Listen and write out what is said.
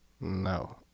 No